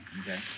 Okay